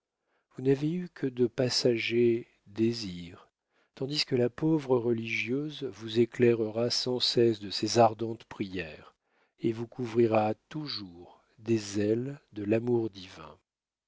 vous n'avez eu que de passagers désirs tandis que la pauvre religieuse vous éclairera sans cesse de ses ardentes prières et vous couvrira toujours des ailes de l'amour divin